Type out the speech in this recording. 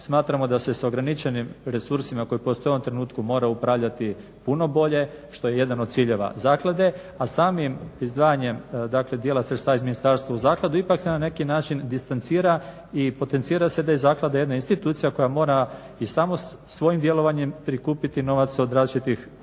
Smatramo da se s ograničenim resursima koji postoje u ovom trenutku mora upravljati puno bolje što je jedan od ciljeva zaklade, a samim izdvajanjem dakle dijela sredstava iz ministarstva u zakladu ipak se na neki način distancira i potencira se da je zaklada jedna institucija koja mora i samo svojim djelovanjem prikupiti novac od različitih fundacija,